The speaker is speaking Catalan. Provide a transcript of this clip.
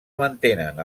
mantenen